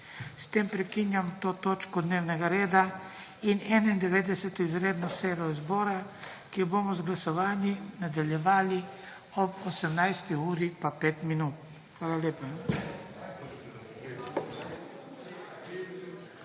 S tem prekinjam to točko dnevnega reda in 91. izredno sejo zbora, ki jo bomo z glasovanji nadaljevali ob 18. uri pa 5 minut. Hvala lepa.